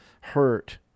hurt